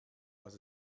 was